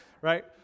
right